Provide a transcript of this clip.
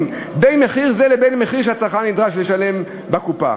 בין מחיר זה לבין המחיר שהצרכן נדרש לשלם בקופה.